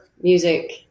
music